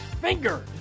finger